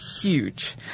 huge